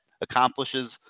accomplishes